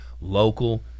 local